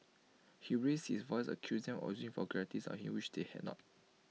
he raised his voice and accused them of using vulgarities on him which they had not